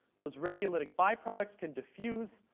those radiolytic byproducts can diffuse,